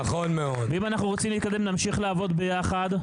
ואם אנחנו רוצים להתקדם נמשיך לעבוד ביחד.